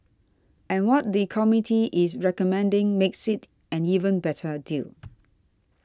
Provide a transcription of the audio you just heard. and what the committee is recommending makes it an even better a deal